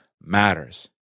matters